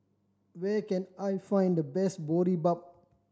where can I find the best Boribap